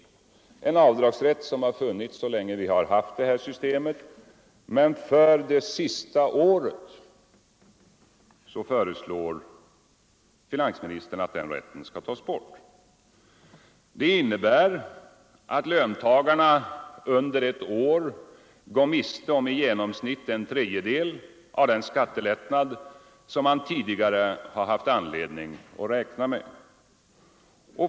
Denna avdragsrätt har funnits så länge vi har haft det men för det sista året föreslår finansministern att den rätten skall tas bort. Det innebär att löntagarna under ett år går miste om i genomsnitt en tredjedel av den skattelättnad, som man tidigare haft anledning att räkna med.